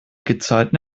gezeiten